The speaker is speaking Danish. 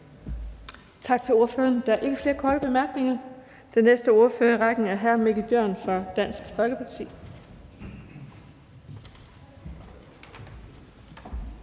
Tak til ordføreren. Der er ikke flere korte bemærkninger. Den næste ordfører i rækken er hr. Mikkel Bjørn fra Dansk Folkeparti.